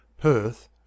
Perth